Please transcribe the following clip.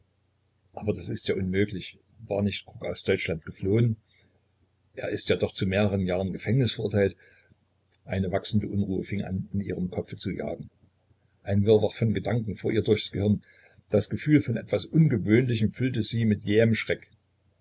aber das ist ja unmöglich war nicht kruk aus deutschland geflohen er ist ja doch zu mehreren jahren gefängnis verurteilt eine wachsende unruhe fing an in ihrem kopfe zu jagen ein wirrwarr von gedanken fuhr ihr durchs gehirn das gefühl von etwas ungewöhnlichem füllte sie mit jähem schreck